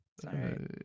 Sorry